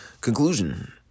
conclusion